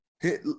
hit